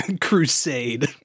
crusade